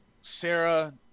Sarah